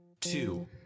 two